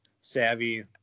savvy